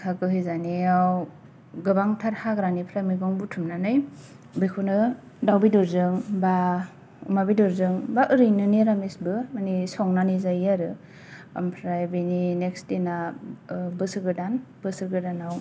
गोखा गोखै जानायाव गोबांथार हाग्रानिफ्राय मैगं बुथुमनानै बेखौनो दाउ बेदर जों बा अमा बेदर जों बा ओरैनो निरामिसबो माने संनानै जायो आरो ओमफ्राय बेनि नेक्स दिना बोसोर गोदान बोसोर गोदानाव